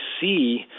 see